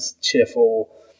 cheerful